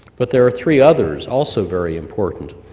but there are three others also very important.